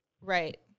Right